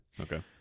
okay